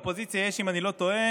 לאופוזיציה יש, אם אני לא טועה,